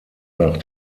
nach